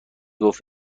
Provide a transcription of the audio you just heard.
گفت